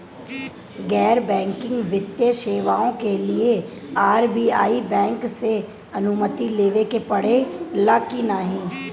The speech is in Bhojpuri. गैर बैंकिंग वित्तीय सेवाएं के लिए आर.बी.आई बैंक से अनुमती लेवे के पड़े ला की नाहीं?